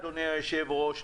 אדוני היושב-ראש,